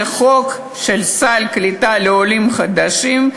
זה חוק של סל קליטה לעולים חדשים.